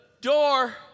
door